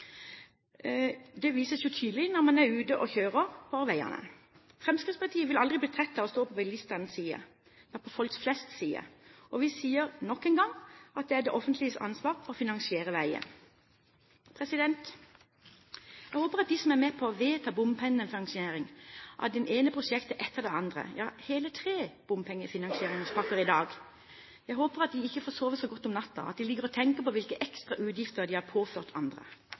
Det vises jo tydelig når man er ute og kjører på veiene. Fremskrittspartiet vil aldri bli trett av å stå på bilistenes side – ja, på folk flests side – og vi sier nok en gang at det er det offentliges ansvar å finansiere veien. Jeg håper at de som er med på å vedta bompengefinansiering av det ene prosjektet etter det andre – hele tre bompengefinansieringspakker i dag – ikke får sove så godt om natten, at de ligger og tenker på hvilke ekstra utgifter de har påført andre.